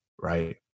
Right